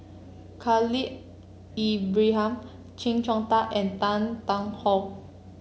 Khalil Ibrahim Chee Hong Tat and Tan Tarn How